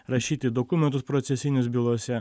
rašyti dokumentus procesinius bylose